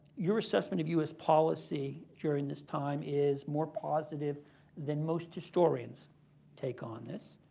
your assessment of u s. policy during this time is more positive than most historians' take on this.